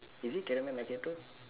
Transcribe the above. is it caramel macchiato